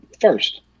First